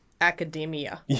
academia